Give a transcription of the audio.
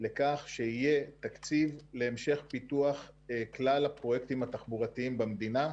לכך שיהיה תקציב להמשך פיתוח כלל הפרויקטים התחבורתיים במדינה.